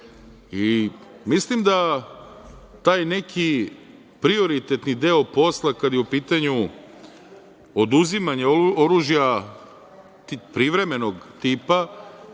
sudovi. Mislim da taj neki prioritetni deo posla, kada je u pitanju oduzimanje oružja, privremenog tipa,